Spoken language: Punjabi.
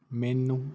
ਮੈਨੂੰ